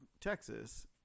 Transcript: Texas